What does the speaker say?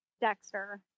Dexter